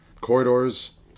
corridors